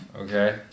okay